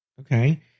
Okay